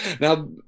Now